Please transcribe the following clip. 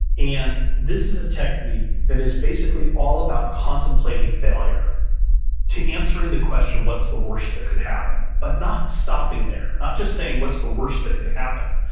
and this is a technique that is basically all about contemplating failure to answering the question what's the worst that could happen? but not stopping there, not just saying, what's the worst that could happen?